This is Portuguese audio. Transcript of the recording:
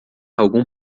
algum